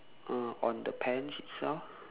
uh on the pants itself